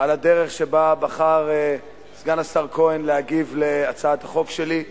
על הדרך שבה בחר סגן השר כהן להגיב על הצעת החוק שלי.